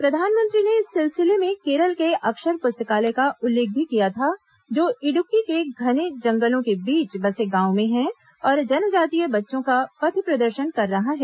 प्रधानमंत्री ने इस सिलसिले में केरल के अक्षर पुस्तकालय का उल्लेख भी किया था जो इडुक्की के घने जंगलों के बीच बसे गांव में है और जनजातीय बच्चों का पथ प्रदर्शन कर रहा है